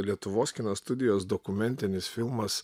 lietuvos kino studijos dokumentinis filmas